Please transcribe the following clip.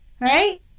Right